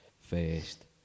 first